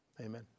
Amen